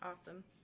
Awesome